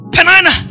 Penina